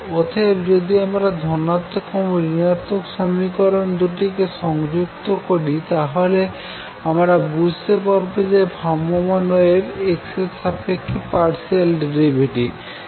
অতএব যদি আমরা ধনাত্মক এবং ঋণাত্মক চিহ্নের সমীকরণ দুটিকে সংযুক্ত করি তাহলে আমরা বুঝতে পারবো যে ভ্রাম্যমাণ ওয়েভ x এর সাপেক্ষে পারশিয়াল ডেরিভেটিভ